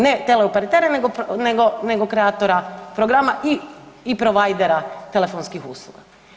Ne tele operatere, nego kreatora programa i prowidera telefonskih usluga.